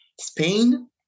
Spain